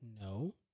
no